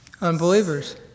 Unbelievers